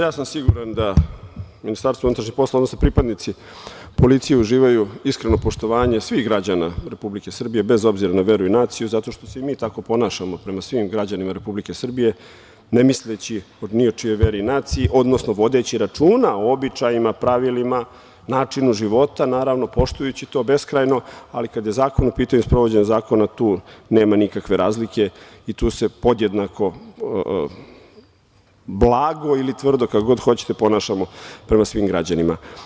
Ja sam siguran da MUP, odnosno pripadnici policije, uživaju iskreno poštovanje svih građana Republike Srbije, bez obzira na veru i naciju, zato što se i mi tako ponašamo prema svih građanima Republike Srbije, ne misleći ni o čijoj veri i naciji, odnosno vodeći računa o običajima, pravilima, načinu života, naravno, poštujući to beskrajno, ali kada je zakon u pitanju, sprovođenje zakona, tu nema nikakve razlike i tu se podjednako, blago ili tvrdo, kako god hoćete, ponašamo prema svim građanima.